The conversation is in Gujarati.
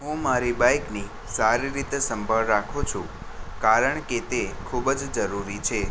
હું મારી બાઈકની સારી રીતે સંભાળ રાખું છું કારણ કે તે ખૂબ જ જરૂરી છે